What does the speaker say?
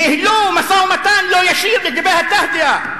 ניהלו משא-ומתן לא ישיר לגבי ה"תהדיה".